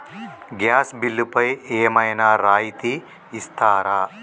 Gas బిల్లుపై ఏమైనా రాయితీ ఇస్తారా?